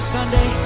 Sunday